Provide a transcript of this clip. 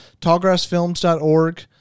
tallgrassfilms.org